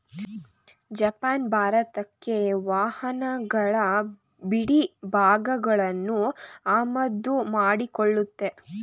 Japan ಭಾರತಕ್ಕೆ ವಾಹನಗಳ ಬಿಡಿಭಾಗಗಳನ್ನು ಆಮದು ಮಾಡಿಕೊಳ್ಳುತ್ತೆ